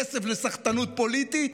כסף לסחטנות פוליטית.